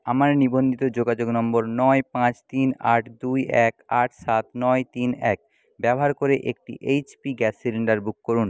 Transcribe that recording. আমার নিবন্ধিত যোগাযোগ নম্বর নয় পাঁচ তিন আট দুই এক আট সাত নয় তিন এক ব্যবহার করে একটি এইচপি গ্যাস সিলিন্ডার বুক করুন